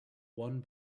one